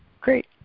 great